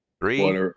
Three